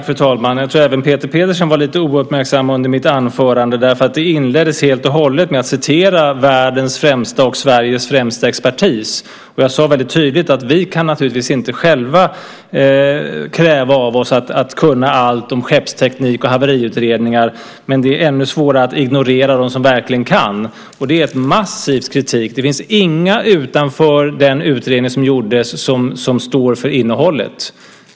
Fru talman! Jag tror att även Peter Pedersen var lite ouppmärksam under mitt anförande, därför att jag inledde det med att citera världens främsta och Sveriges främsta expertis. Jag sade väldigt tydligt att vi naturligtvis inte kan kräva av oss själva att vi ska kunna allt om skeppsteknik och haveriutredningar men att det är ännu svårare att ignorera dem som verkligen kan. Det är en massiv kritik. Det finns inga utanför den utredning som gjordes som står för innehållet.